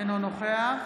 אינו נוכח